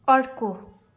अर्को